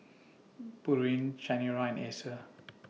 Pureen Chanira and Acer